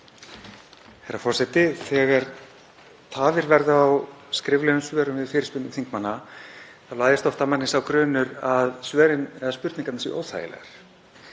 Herra forseti. Þegar tafir verða á skriflegum svörum við fyrirspurnum þingmanna læðist oft að manni sá grunur að svörin eða spurningarnar séu óþægilegar.